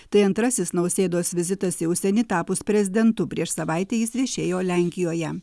tai antrasis nausėdos vizitas į užsienį tapus prezidentu prieš savaitę jis viešėjo lenkijoje